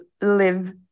live